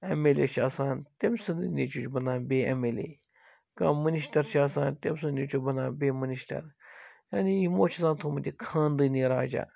M L A چھِ آسان تٔمۍ سُنٛدُے نیٚچوٗ چھُ بنان بیٚیہِ ایٚم ایٚل اےٚ کانٛہہ منِسٹر چھُ آسان تٔمۍ سُنٛد نیٚچوٗ بنان بیٚیہِ منسٹر یعنی یمو چھُ آسان یہِ تھوٚومُت خانٛدٲنی راجا